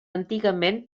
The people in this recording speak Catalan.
antigament